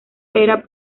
era